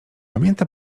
pamięta